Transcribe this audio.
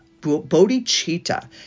Bodhicitta